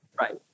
Right